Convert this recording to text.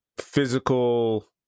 physical